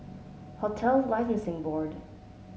Hotels Licensing Board